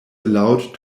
allowed